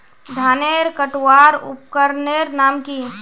धानेर कटवार उपकरनेर नाम की?